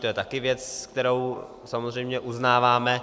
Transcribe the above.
To je taky věc, kterou samozřejmě uznáváme.